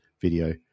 video